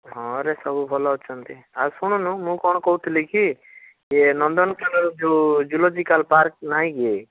ହଁରେ ସବୁ ଭଲ ଅଛନ୍ତି ଆଉ ଶୁଣୁନୁ ମୁଁ କ'ଣ କହୁଥିଲି କି ଇଏ ନନ୍ଦନକାନନ ଯେଉଁ ଜୁଲୋଜିକାଲ୍ ପାର୍କ ନାଇଁ କି